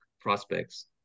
prospects